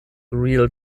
real